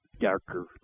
darker